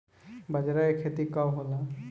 बजरा के खेती कब होला?